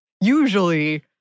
usually